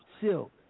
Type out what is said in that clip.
Silk